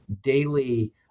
daily